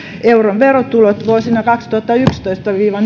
euron verotulot vuosina kaksituhattayksitoista viiva